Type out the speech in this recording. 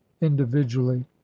individually